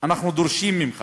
אנחנו דורשים ממך